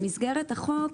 במסגרת החוק,